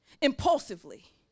impulsively